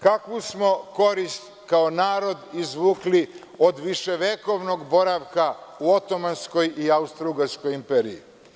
Kakvu smo korist kao narod izvukli od viševekovnog boravka u Otomanskoj i Austrougarskoj imperiji?